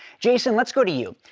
jason, let's go to you.